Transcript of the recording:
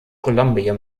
columbia